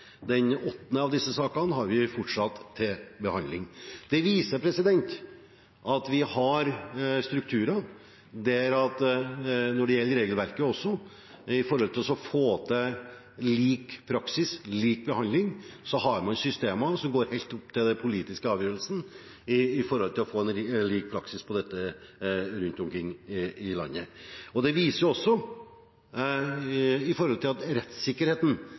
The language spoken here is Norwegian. Den åttende av disse sakene har vi fortsatt til behandling. Det viser at vi har strukturer når det gjelder regelverket også. For å få til lik praksis, lik behandling, har man systemer som går helt opp til den politiske avgjørelsen for å få lik praksis på dette rundt omkring i landet. Det viser også at rettssikkerheten er ivaretatt for fiskerne, i